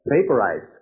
vaporized